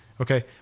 okay